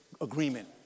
agreement